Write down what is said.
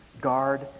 guard